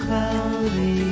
Cloudy